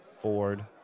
Ford